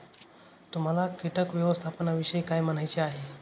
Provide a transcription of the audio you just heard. तुम्हाला किटक व्यवस्थापनाविषयी काय म्हणायचे आहे?